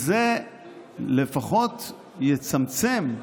זה לפחות יצמצם,